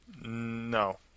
No